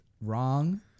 Wrong